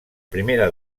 primera